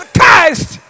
Christ